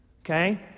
Okay